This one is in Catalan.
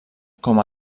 com